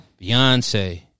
Beyonce